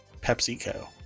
pepsico